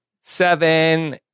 Seven